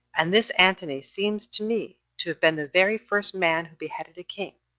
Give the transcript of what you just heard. and this antony seems to me to have been the very first man who beheaded a king,